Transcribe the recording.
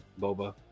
Boba